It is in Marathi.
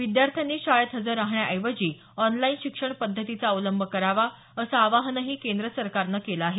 विद्यार्थ्यांनी शाळेत हजर राहण्याऐवजी ऑनलाइन शिक्षण पद्धतीचा अवलंब करावा अस आवाहनही सरकारने केल आहे